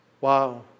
wow